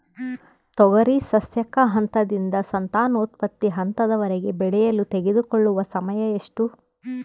ತೊಗರಿ ಸಸ್ಯಕ ಹಂತದಿಂದ ಸಂತಾನೋತ್ಪತ್ತಿ ಹಂತದವರೆಗೆ ಬೆಳೆಯಲು ತೆಗೆದುಕೊಳ್ಳುವ ಸಮಯ ಎಷ್ಟು?